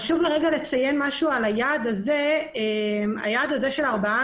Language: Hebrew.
חשוב לרגע לציין משהו על היעד הזה: היעד של ארבעה